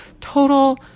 total